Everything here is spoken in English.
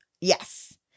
Yes